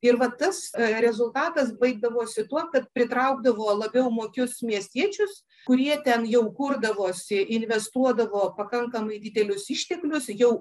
ir va tas rezultatas baigdavosi tuo kad pritraukdavo labiau mokius miestiečius kurie ten jau kurdavosi investuodavo pakankamai didelius išteklius jau